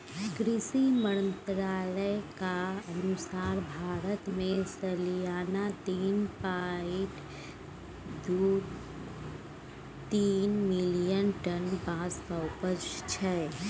कृषि मंत्रालयक अनुसार भारत मे सलियाना तीन पाँइट दु तीन मिलियन टन बाँसक उपजा छै